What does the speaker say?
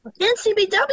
NCBW